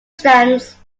stands